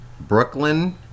Brooklyn